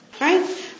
Right